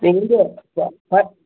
நீங்கள் வந்து ச சார்